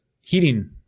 heating